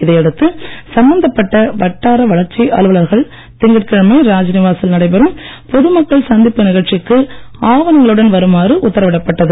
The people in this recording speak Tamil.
இதையடுத்து சம்பந்தப்பட்ட வட்டார வளர்ச்சி அலுவலர்கள் திங்கட்கிழமை ராஜ்நிவாசில் நடைபெறும் பொதுமக்கள் சந்திப்பு நிகழ்ச்சிக்கு ஆவணங்களுடன் வருமாறு உத்தரவிடப்பட்டது